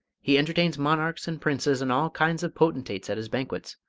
he entertains monarchs and princes and all kinds of potentates at his banquets,